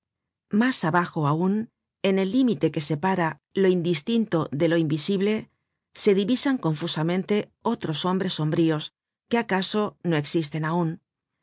mas abajo aun en el límite que separa lo indistinto de lo invisible se divisan confusamente otros hombres sombríos que acaso no existen aun